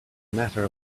matter